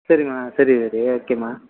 சரிம்மா சரி சரி ஓகேம்மா